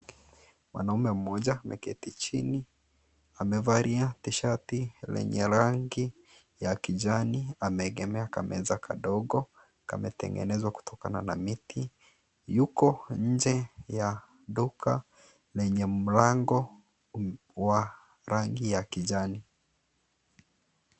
Mwanaume mmoja ameketi chini, amevalia t-shirt lenye rangi ya kijani ameegemea kameza kadogo, kametengenezwa kutokana na miti. Yuko nje ya duka, lenye mlango wa rangi ya kijani.